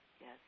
yes